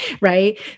Right